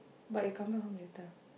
but you come home later